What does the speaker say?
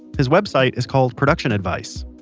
his website is called production advice.